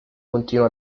continua